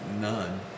none